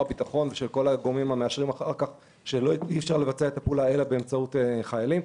הביטחון שאי-אפשר לבצע את הפעולה אלא באמצעות חיילים.